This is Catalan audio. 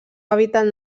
hàbitat